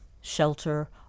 shelter